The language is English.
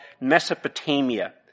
Mesopotamia